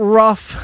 rough